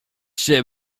się